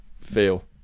feel